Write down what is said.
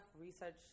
research